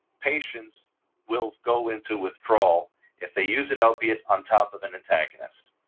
patients will go into withdrawal if they use an opioid on top of an antagonist.